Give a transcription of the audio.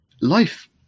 life